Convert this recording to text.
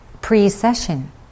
precession